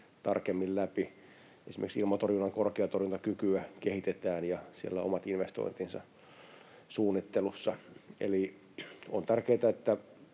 tarkemmin läpi. Esimerkiksi ilmatorjunnan korkeaa torjuntakykyä kehitetään, ja siellä on omat investointinsa suunnittelussa. Eli on tärkeätä, että